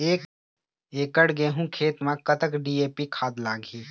एकड़ गेहूं खेत म कतक डी.ए.पी खाद लाग ही?